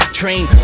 train